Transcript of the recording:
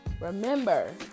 remember